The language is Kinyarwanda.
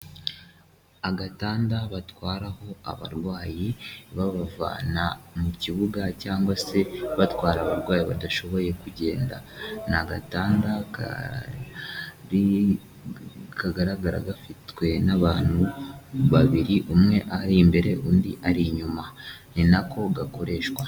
Agatanda batwaraho abarwayi babavana mu kibuga cyangwa se batwara abarwayi badashoboye kugenda, ni agatanda kagaragara gafitwe n'abantu babiri umwe ari imbere undi ari inyuma ni na ko gakoreshwa.